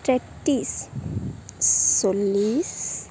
তেত্ৰিছ চল্লিছ